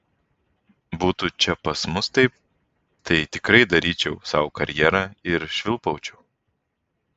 būtų čia pas mus taip tai tikrai daryčiau sau karjerą ir švilpaučiau